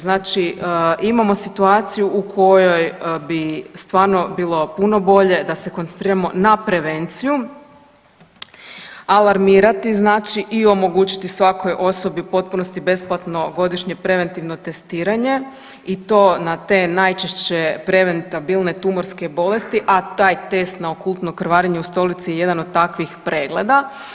Znači imamo situaciju u kojoj bi stvarno bilo puno bolje da se koncentriramo na prevenciju, alarmirati znači i omogućiti svakoj osobi u potpunosti besplatno godišnje preventivno testiranje i to na te najčešće preventabilne tumorske bolesti, a taj test na okultno krvarenje u stolici je jedan od takvih pregleda.